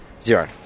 Zero